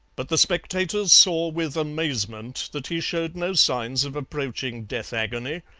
but the spectators saw with amazement that he showed no signs of approaching death agony,